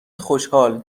خوشحال